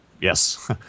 Yes